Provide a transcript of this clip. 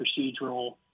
procedural